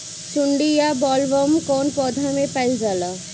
सुंडी या बॉलवर्म कौन पौधा में पाइल जाला?